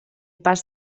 pas